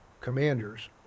commanders